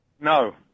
No